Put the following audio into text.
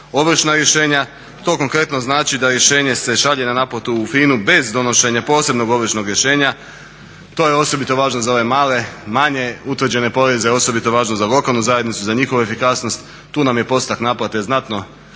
ovršna rješenja. To konkretno znači da rješenje se šalje na naplatu u FINA-u bez donošenja posebnog ovršnog rješenja. To je osobito važno za ove male, manje utvrđene poreze osobito je važno za lokalnu zajednicu, za njihovu efikasnost, tu nam je postupak naplate znatno slabiji